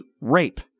rape